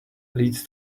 leads